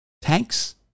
Tanks